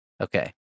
Okay